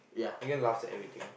Megan laughs at everything